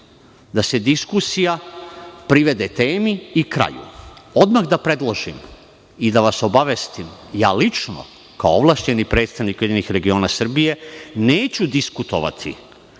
da se diskusija privede temi i kraju. Odmah da predložim i da vas obavestim, ja lično, kao ovlašćeni predstavnik URS, neću diskutovati